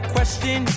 Question